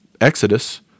Exodus